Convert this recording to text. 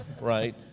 right